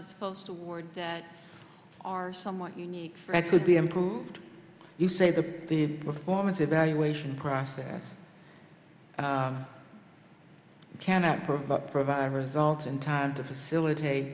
a supposed to words that are somewhat unique fred could be improved you say that the performance evaluation process cannot provide provide results in time to facilitate